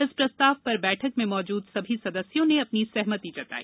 इस प्रस्ताव पर बैठक में मौजूद सभी सदस्यो ने अपनी सहमति जताई